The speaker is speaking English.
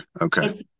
Okay